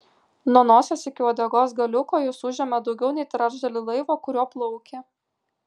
nuo nosies iki uodegos galiuko jis užėmė daugiau nei trečdalį laivo kuriuo plaukė